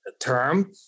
term